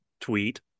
tweet